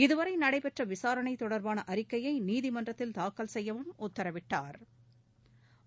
இதுவரை நடைபெற்ற விசாரணை தொடர்பான அறிக்கையை நீதிமன்றத்தில் தாக்கல் செய்யவும் உத்தரவிட்டாள்